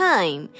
Time